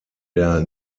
der